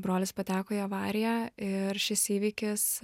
brolis pateko į avariją ir šis įvykis